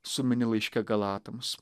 sumini laiške galatams